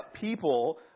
people